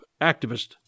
activist